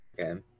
Okay